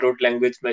language